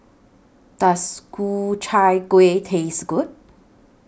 Does Ku Chai Kueh Taste Good